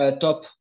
top